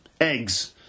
eggs